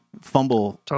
fumble